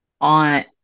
on